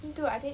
me too I think